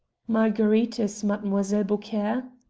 marguerite is mademoiselle beaucaire?